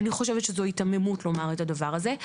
אני חושבת שזו היתממות לומר את הדבר הזה.